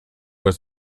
was